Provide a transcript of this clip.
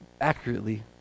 accurately